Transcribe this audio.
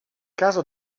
caso